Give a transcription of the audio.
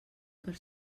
per